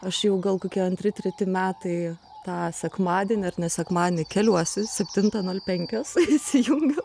aš jau gal kokie antri treti metai tą sekmadienį ar ne sekmadienį keliuosi septintą nol penkios įsijungiu